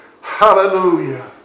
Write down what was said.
Hallelujah